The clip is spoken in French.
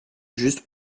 juste